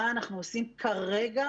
מה אנחנו עושים כרגע,